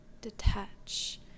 detach